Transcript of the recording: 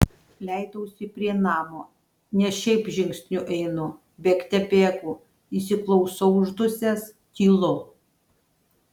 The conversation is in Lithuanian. leidausi prie namo ne šiaip žingsniu einu bėgte bėgu įsiklausau uždusęs tylu